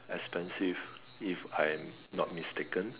expensive if I'm not mistaken